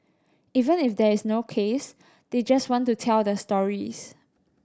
even if there is no case they just want to tell their stories